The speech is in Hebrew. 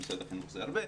למשרד החינוך זה הרבה,